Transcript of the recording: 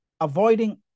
avoiding